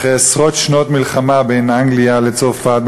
אחרי עשרות שנות מלחמה בין אנגליה לצרפת,